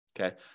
Okay